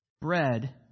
bread